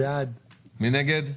מי נגד?